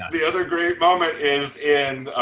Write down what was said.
the other great moment is in,